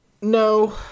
No